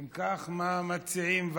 אם כך, מה מציעים?